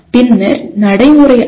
பின்னர் நடைமுறை அறிவு